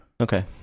Okay